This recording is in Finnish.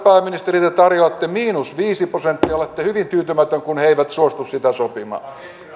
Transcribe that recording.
arvoisa pääministeri te tarjoatte miinus viisi prosenttia ja olette hyvin tyytymätön kun he eivät suostu sitä sopimaan